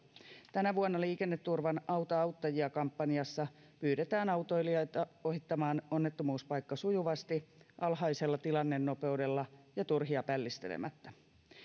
tänä vuonna liikenneturvan auta auttajia kampanjassa pyydetään autoilijoita ohittamaan onnettomuuspaikka sujuvasti alhaisella tilannenopeudella ja turhia pällistelemättä